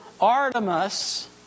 Artemis